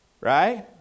Right